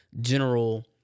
general